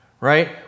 right